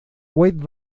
wide